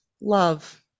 love